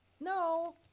No